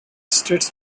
states